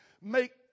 make